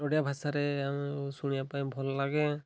ଓଡ଼ିଆ ଭାଷାରେ ଆମକୁ ଶୁଣିବା ପାଇଁ ଭଲଲାଗେ